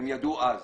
הם ידעו אז,